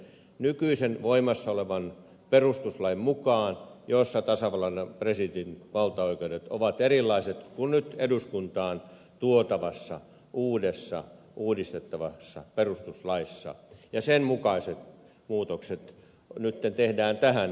nykyisen voimassa olevan perustuslain mukaan tasavallan presidentin valtaoikeudet ovat erilaiset kuin nyt eduskuntaan tuotavassa uudessa uudistettavassa perustuslaissa ja sen mukaiset muutokset nyt tehdään tähän